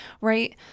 right